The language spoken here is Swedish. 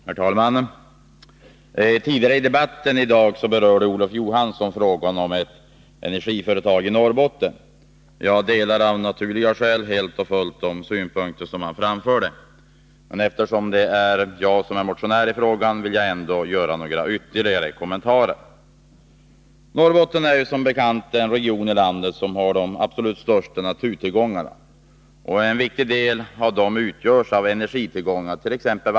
Herr talman! Tidigare i dagens debatt berörde Olof Johansson frågan om ett energiföretag i Norrbotten. Jag delar av naturliga skäl helt och fullt de synpunkter han framförde. Eftersom det är jag som är motionär i frågan vill jag ändå göra några ytterligare kommentarer. Norrbotten är som bekant den region i landet som har de största naturtillgångarna, och en viktig del av dem utgörs av energitillgångar —t.ex.